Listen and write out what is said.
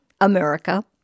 America